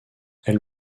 elle